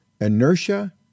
inertia